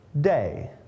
day